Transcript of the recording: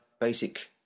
basic